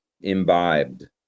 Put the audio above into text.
imbibed